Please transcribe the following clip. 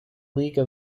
league